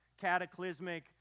cataclysmic